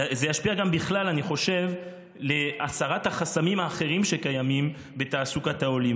זה ישפיע גם בכלל על הסרת החסמים האחרים שקיימים בתעסוקת העולים.